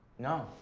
no,